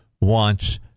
wants